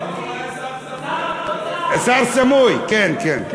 התקציב שר האוצר, שר סמוי, כן, כן.